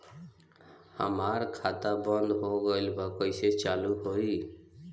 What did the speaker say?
हमार खाता बंद हो गइल बा कइसे चालू होई?